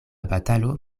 batalo